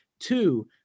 Two